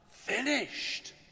Finished